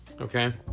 okay